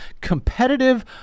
competitive